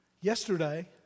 Yesterday